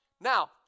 Now